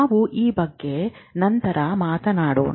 ನಾವು ಈ ಬಗ್ಗೆ ನಂತರ ಮಾತನಾಡೋಣ